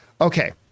Okay